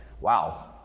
wow